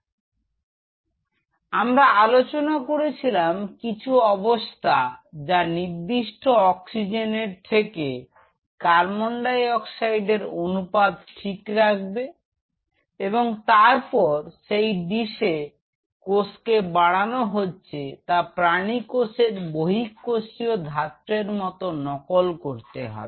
তো আমরা আলোচনা করেছিলাম কিছু অবস্থা যা নির্দিষ্ট অক্সিজেনের থেকে কার্বন ডাই অক্সাইডের অনুপাত ঠিক রাখবে এবং তারপর যেই ডিসে কোষকে বাড়ানো হচ্ছে তা প্রাণী কোষের বহিঃকোষীয় ধাত্রের মত নকল করতে হবে